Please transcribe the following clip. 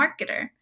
marketer